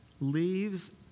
leaves